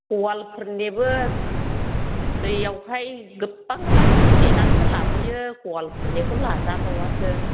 गवालफोरनियाबो दैयावहाय गोबां गोबांनि होदेरनासो लाबोयो गवालफोरनिखौ लाजाबावासो